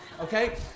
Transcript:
Okay